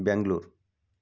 Bangalore